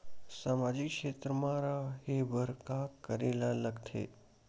सामाजिक क्षेत्र मा रा हे बार का करे ला लग थे